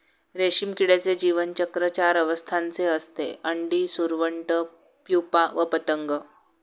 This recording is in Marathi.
रेशीम किड्याचे जीवनचक्र चार अवस्थांचे असते, अंडी, सुरवंट, प्युपा व पतंग